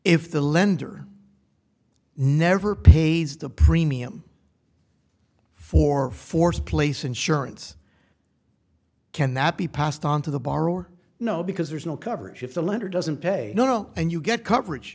if the lender never pays the premium for fourth place insurance can that be passed on to the bar or no because there's no coverage if the lender doesn't pay you know and you get coverage